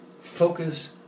focus